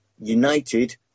United